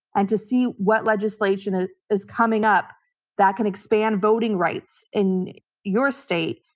and to see what legislation ah is coming up that can expand voting rights in your state,